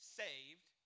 saved